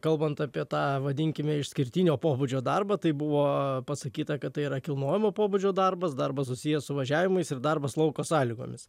kalbant apie tą vadinkime išskirtinio pobūdžio darbą tai buvo pasakyta kad tai yra kilnojamo pobūdžio darbas darbas susijęs su važiavimais ir darbas lauko sąlygomis